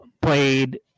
played